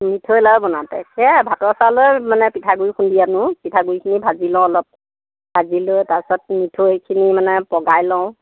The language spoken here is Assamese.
মিঠৈ লাড়ু বনাওঁতে সেয়া ভাতৰ চাউলৰে মানে পিঠাগুড়ি খুন্দি আনো পিঠাগুড়িখিনি ভাজি লওঁ অলপ ভাজি লৈ তাৰপাছত মিঠৈখিনি মানে পগাই লওঁ